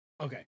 okay